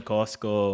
Costco